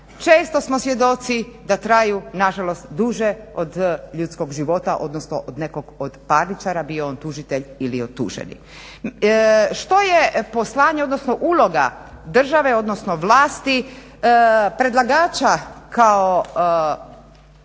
Često smo svjedoci da traju nažalost duže od ljudskog života, odnosno od nekog od parničara bio on tužitelj ili tuženi. Što je poslanje, odnosno uloga države, odnosno vlasti predlagača kao